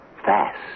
fast